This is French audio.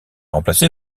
remplacé